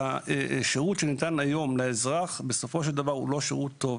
שהשירות שניתן היום לאזרח הוא לא שירות טוב,